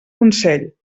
consell